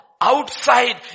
outside